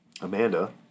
Amanda